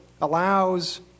allows